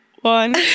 One